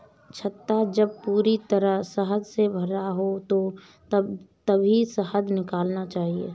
छत्ता जब पूरी तरह शहद से भरा हो तभी शहद निकालना चाहिए